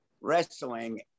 wrestling